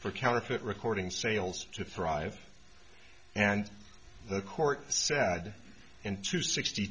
for counterfeit recording sales to thrive and the court said in two sixty